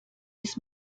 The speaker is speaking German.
bis